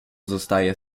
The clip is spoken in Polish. zostaje